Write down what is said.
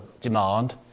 demand